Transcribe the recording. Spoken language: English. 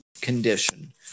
condition